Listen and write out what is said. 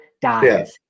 dies